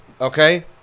Okay